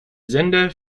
sender